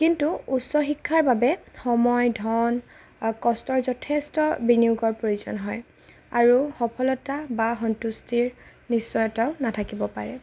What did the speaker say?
কিন্তু উচ্চ শিক্ষাৰ বাবে সময় ধন কষ্টৰ যথেষ্ট বিনিয়োগৰ প্ৰয়োজন হয় আৰু সফলতা বা সন্তুষ্টিৰ নিশ্চয়তাও নাথাকিব পাৰে